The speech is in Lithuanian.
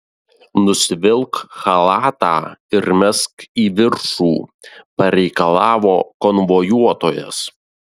nusivilk chalatą ir mesk į viršų pareikalavo konvojuotojas